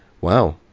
wow